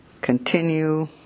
continue